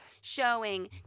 showing